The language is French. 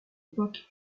époque